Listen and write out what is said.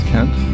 Kent